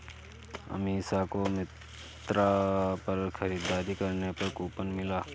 अमीषा को मिंत्रा पर खरीदारी करने पर कूपन मिला